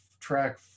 track